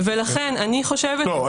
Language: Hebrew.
ולכן אני חושבת -- לא,